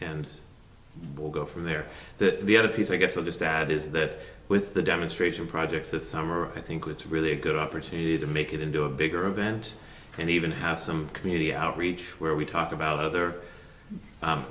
and we'll go from there to the other piece i guess i'll just add is that with the demonstration projects this summer i think it's really a good opportunity to make it into a bigger event and even have some community outreach where we talk about other